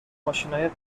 ماشینای